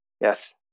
Yes